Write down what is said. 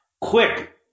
Quick